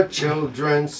children